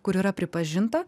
kur yra pripažinta